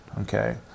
Okay